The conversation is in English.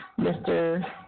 Mr